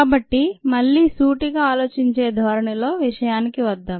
కాబట్టి మళ్లీ సూటిగా ఆలోచించే ధోరణిలో విషయానికి వద్దాం